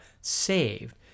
saved